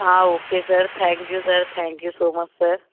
okay sir thank you sir thank you so much sir